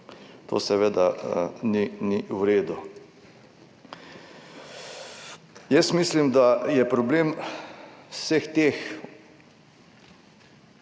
to seveda ni v redu. Jaz mislim, da je problem vseh teh